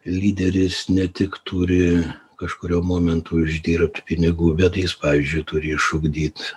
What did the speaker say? lyderis ne tik turi kažkuriuo momentu uždirbt pinigų bet jis pavyzdžiui turi išugdyt